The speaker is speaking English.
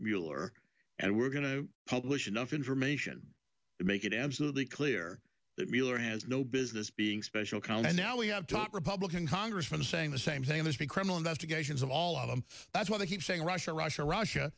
mueller and we're going to publish enough information to make it absolutely clear that miller has no business being special count and now we have top republican congressman saying the same thing as the criminal investigations of all of them that's why they keep saying russia russia russia